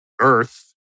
Earth